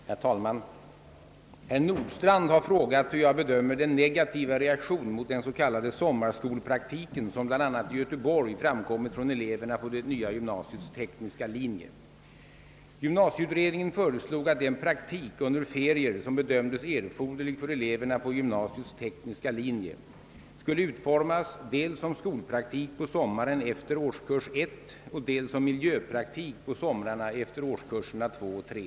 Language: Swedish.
Herr talman! Herr Nordstrandh har frågat, hur jag bedömer den negativa reaktion mot den s.k. sommarskolpraktiken som bl.a. i Göteborg fram Gymnasieutredningen «föreslog, att den praktik under ferier som bedömdes erforderlig för eleverna på gymnasiets tekniska linje skulle utformas dels som skolpraktik på sommaren efter årskurs 1, dels som miljöpraktik på somrarna efter årskurserna 2 och 3.